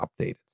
updated